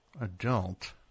Adult